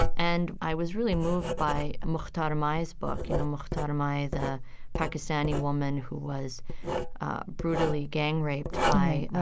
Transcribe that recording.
and i was really moved by mukhtar mai's book. you know, mukhtar mai, the pakistani woman who was brutally gang raped by,